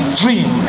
dream